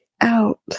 out